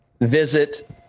visit